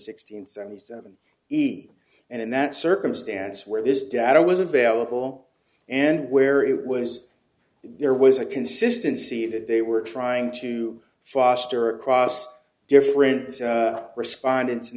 sixteen seventy seven easy and in that circumstance where this data was available and where it was there was a consistency that they were trying to foster across different responde